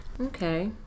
Okay